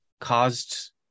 caused